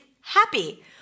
happy